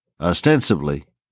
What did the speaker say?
ostensibly